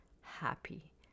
happy